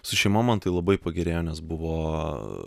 su šeima man tai labai pagerėjo nes buvo